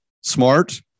Smart